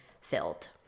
filled